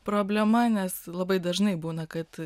problema nes labai dažnai būna kad